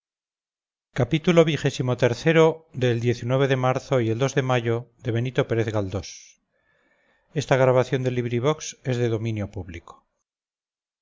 xxvi xxvii xxviii xxix xxx el de marzo y el de mayo de benito pérez